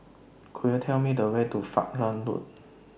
Could YOU Tell Me The Way to Falkland Road